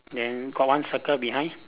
then got one circle behind